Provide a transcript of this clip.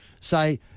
say